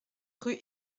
rue